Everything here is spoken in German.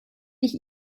ich